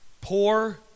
poor